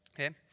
okay